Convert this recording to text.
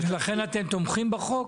לכן אתם תומכים בחוק?